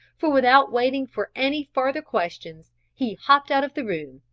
for without waiting for any farther questions he hopped out of the room,